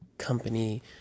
company